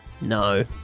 No